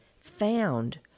found